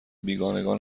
بیگانگان